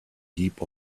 heap